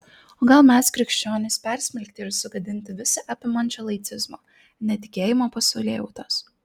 o gal mes krikščionys persmelkti ir sugadinti visa apimančio laicizmo netikėjimo pasaulėjautos